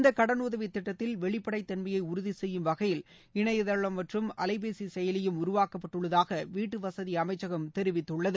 இந்த கடனுதவி திட்டத்தில் வெளிப்படைத் தன்மையை உறுதி செய்யும் வகையில் இணையதளம் மற்றும் அலைபேசி செயலியும் உருவாக்கப்பட்டுள்ளதாக வீட்டு வசதி அமைச்சகம் தெரிவித்துள்ளது